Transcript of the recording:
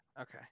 Okay